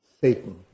Satan